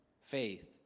faith